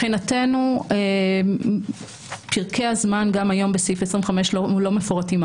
מבחינתנו, פרקי הזמן גם היום בסעיף 25 לא מפורטים.